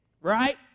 right